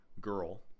girl